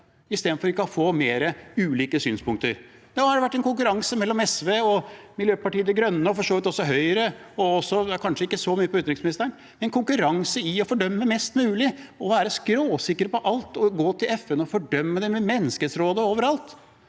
istedenfor at vi kan få mer ulike synspunkter. Nå har det vært en konkurranse mellom SV, Miljøpartiet De Grønne og for så vidt også Høyre – kanskje ikke så mye utenriksministeren – i å fordømme mest mulig, være skråsikre på alt og gå til FN og fordømme dem i Menneskerettighetsrådet og overalt.